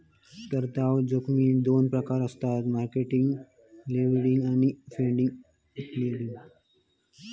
तरलता जोखमीचो दोन प्रकार आसत मार्केट लिक्विडिटी आणि फंडिंग लिक्विडिटी